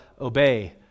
obey